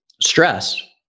stress